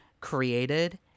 created